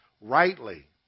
rightly